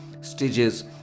stages